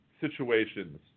situations